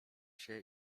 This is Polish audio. się